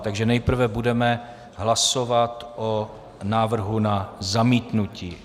Takže nejprve budeme hlasovat o návrhu na zamítnutí.